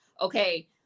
okay